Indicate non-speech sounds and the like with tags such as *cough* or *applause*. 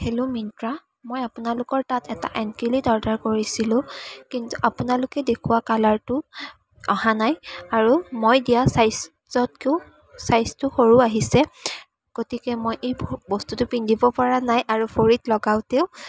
hello Myntra মই আপোনালোকৰ তাত এটা এনক্লীট অৰ্ডাৰ কৰিছিলোঁ কিন্তু আপোনালোকে দেখোৱা কালাৰটো অহা নাই আৰু মই দিয়া চাইজতকৈও চাইজটো সৰু আহিছে গতিকে মই এই *unintelligible* বস্তুটো পিন্ধিবপৰা নাই আৰু ভৰিত লগাওতেও